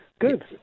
Good